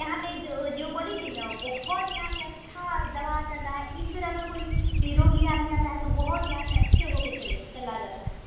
यहाँ पर जो जो बोली थी न बहुत यहाँ पर अच्छा दवा चल रहा है एक बेर अगर कोई ई रोगी आदमी आता है तो बहुत यहाँ से अच्छे होकर चले चला जाता है